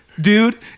dude